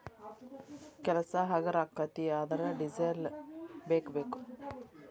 ಕೆಲಸಾ ಹಗರ ಅಕ್ಕತಿ ಆದರ ಡಿಸೆಲ್ ಬೇಕ ಬೇಕು